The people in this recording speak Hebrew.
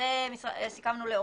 הניתנים להפרדה.